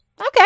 Okay